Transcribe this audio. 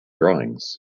drawings